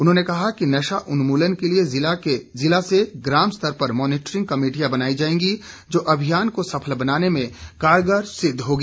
उन्होंने कहा कि नशा उन्मूलन के लिए जिला से ग्राम स्तर पर मॉनीटरिंग कमेटियां बनाई जाएंगीं जो अभियान को सफल बनाने में कारगर सिद्व होगी